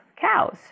cows